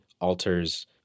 alters